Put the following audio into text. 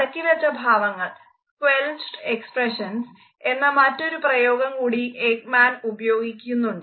അടക്കിവെച്ച ഭാവങ്ങൾ എന്ന് മറ്റൊരു പ്രയോഗം കൂടി എക്മാൻ ഉപയോഗിക്കുന്നുണ്ട്